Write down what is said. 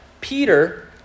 Peter